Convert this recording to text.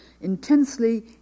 intensely